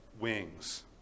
wings